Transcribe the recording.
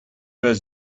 was